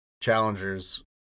Challengers